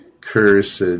Cursed